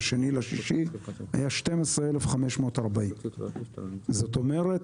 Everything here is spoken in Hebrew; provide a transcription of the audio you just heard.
ה-2.6 היה 12,540. זאת אומרת,